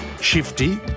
Shifty